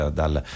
dal